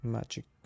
Magic